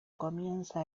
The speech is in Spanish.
comienza